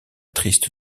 triste